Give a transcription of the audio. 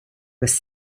was